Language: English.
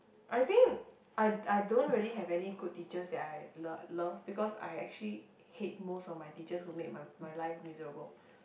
I think I I don't really have any good teachers that I love love because I actually hate most of my teachers who made my my life miserable